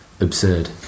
absurd